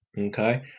okay